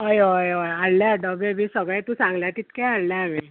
हय हय हय हाडल्या डोबे बी सगळें तूं सांगल्या तितकें हाडलें हांवें